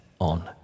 on